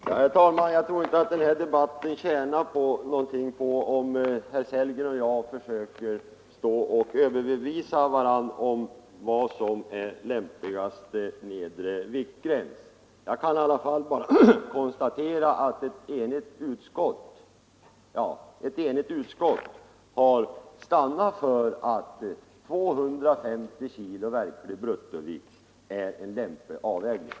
Herr talman! Jag tror inte att den här debatten tjänar någonting på att herr Sellgren och jag försöker övertyga varandra om vilken som är den lämpligaste nedre viktgränsen. Jag kan i alla fall konstatera att ett enigt utskott har stannat för att 250 kg verklig bruttovikt innebär en lämplig nedre viktgräns.